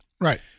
Right